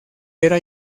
era